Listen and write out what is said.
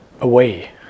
away